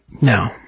No